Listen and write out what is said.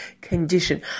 condition